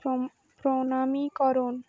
প্রমাণীকরণ